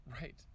Right